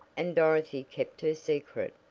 and dorothy kept her secret,